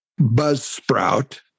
buzzsprout